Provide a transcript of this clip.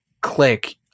click